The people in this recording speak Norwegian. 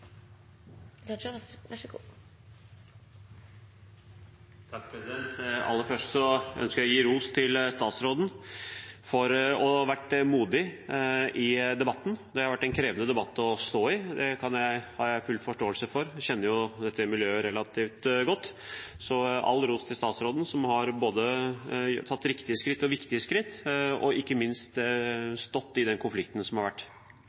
Aller først ønsker jeg å gi ros til statsråden for å ha vært modig i debatten. Det har vært en krevende debatt å stå i, det har jeg full forståelse for, jeg kjenner jo dette miljøet relativt godt. Så all ros til statsråden, som har tatt både riktige og viktige skritt og ikke minst stått i den konflikten som har vært.